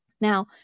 Now